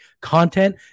content